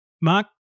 Mark